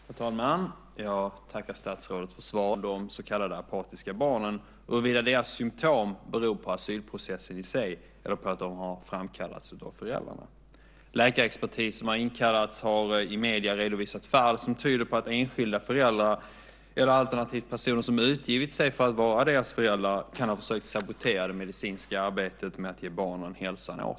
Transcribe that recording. Herr talman! Jag tackar statsrådet för svaret. Under de senaste veckorna har en intensiv debatt rasat i vårt land kring frågan om de så kallade apatiska barnen och huruvida deras symtom beror på asylprocessen i sig eller på att de har framkallats av föräldrarna. Läkarexpertis som har inkallats har i medierna redovisat fall som tyder på att enskilda föräldrar, eller alternativt personer som utgivit sig för att vara barnens föräldrar, kan ha försökt sabotera det medicinska arbetet med att ge barnen hälsan åter.